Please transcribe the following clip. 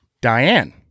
Diane